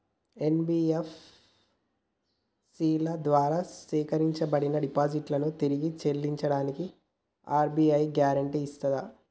NBFC ల ద్వారా సేకరించబడ్డ డిపాజిట్లను తిరిగి చెల్లించడానికి ఆర్.బి.ఐ గ్యారెంటీ ఇస్తదా?